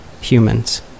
humans